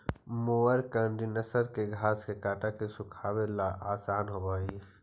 mower conditioner के घास के काट के सुखावे ला आसान होवऽ हई